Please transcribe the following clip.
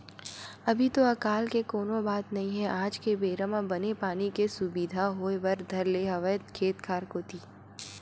अभी तो अकाल के कोनो बात नई हे आज के बेरा म बने पानी के सुबिधा होय बर धर ले हवय खेत खार कोती